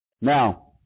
Now